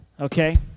okay